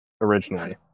originally